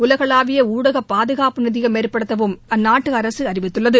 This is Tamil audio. உலகளாவிய ஊடக பாதுகாப்பு நிதியம ஏற்படுத்தப்படும் எனவும் அந்நாட்டு அரசு அறிவித்துள்ளது